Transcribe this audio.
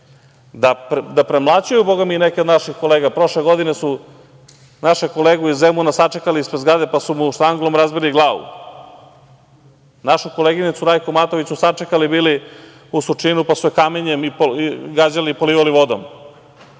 da premlaćuju Boga mi i neke od naših kolega. Prošle godine su našeg kolegu iz Zemuna sačekali ispred zgrade, pa su mu štanglom razbili glavu. Našu koleginicu Rajku Matović su sačekali bili u Surčinu, pa su je kamenjem gađali i polivali vodom.